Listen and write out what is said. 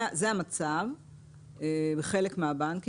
זה המצב בחלק מבנקים.